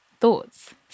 thoughts